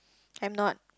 I'm not